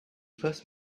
first